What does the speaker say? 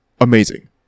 amazing